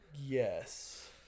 yes